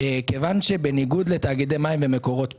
בניגוד לתאגידי מים ומקורות,